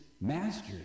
Master